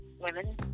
women